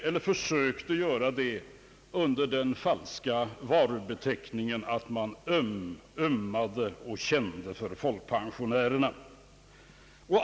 Man försökte göra det under den falska varubeteckningen att man ömmade och kände för folkpensionärerna.